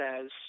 says